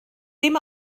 dim